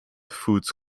foods